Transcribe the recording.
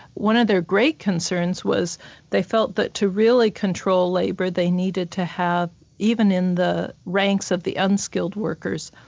one of their great concerns was they felt that to really control labour they needed to have even in the ranks of the unskilled workers,